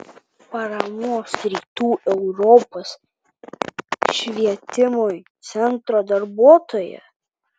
paramos rytų europos švietimui centro darbuotoja